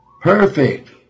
Perfect